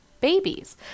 babies